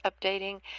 updating